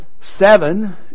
Seven